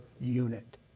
unit